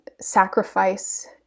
sacrifice